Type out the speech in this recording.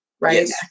right